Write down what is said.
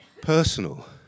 personal